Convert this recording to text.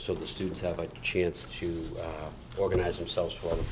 so the students have a chance to organize themselves or othe